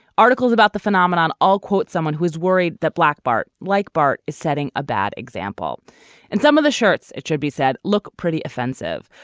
articles about the phenomenon. i'll quote someone who is worried that black bart like bart is setting a bad example and some of the shirts it should be said look pretty offensive.